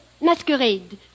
masquerade